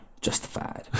Justified